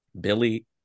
Billy